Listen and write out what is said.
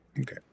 okay